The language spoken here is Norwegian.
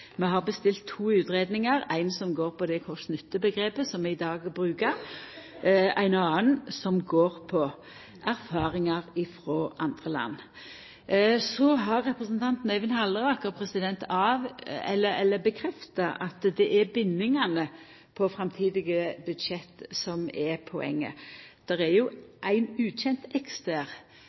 har nemnt. Vi har bestilt to utgreiingar, ei som går på det kost–nytte-omgrepet som vi i dag brukar, ei anna som går på erfaringar frå andre land. Så har representanten Øyvind Halleraker stadfesta at det er bindingane på framtidige budsjett som er poenget. Det er jo ein